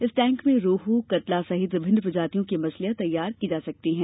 इस टैंक में रोह कतला सहित विभिन्न प्रजातियों की मछलियां तैयार की जा सकती हैं